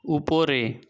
উপরে